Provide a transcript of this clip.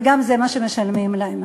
וגם זה מה שמשלמים להן.